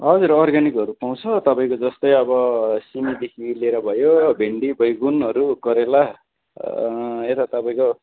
हजुर अर्ग्यानिकहरू पाउँछ तपाईँको जस्तै अब सिमीदेखि लिएर भयो भेन्डी बैगुनहरू करेला यता तपाईँको